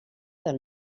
del